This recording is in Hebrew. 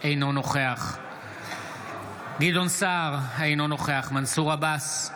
אינו נוכח גדעון סער, אינו נוכח מנסור עבאס,